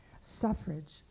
Suffrage